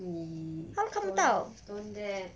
he don't don't dare